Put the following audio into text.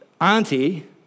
auntie